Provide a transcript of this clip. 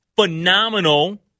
phenomenal